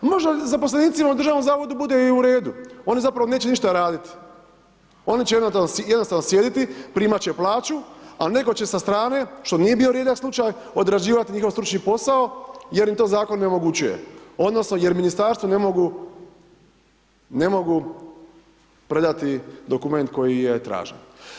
Možda zaposlenicima u Državnom zavodu bude i u redu, oni zapravo neće ništa radit, oni će jednostavno sjediti, primat će plaću, a netko će sa strane, što nije bio rijedak slučaj, odrađivat njihov stručni posao jer im to Zakon omogućuje odnosno jer Ministarstvo ne mogu predati dokument koji je tražen.